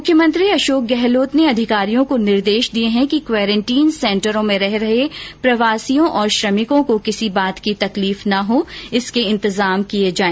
मुख्यमंत्री अशोक गहलोत ने अधिकारियों को निर्देश दिए है कि क्वारेंन्टीन सेंटरों में रह रहे प्रवासियों और श्रमिकों को किसी बात की तकलीफ न हो इसके लिए इंतजाम किये जाए